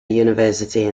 university